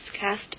cast